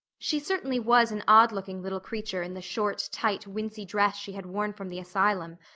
she certainly was an odd-looking little creature in the short tight wincey dress she had worn from the asylum,